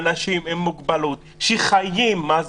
במיוחד לכל אנשי מקצוע, להורים.